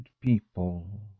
people